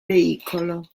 veicolo